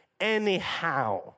anyhow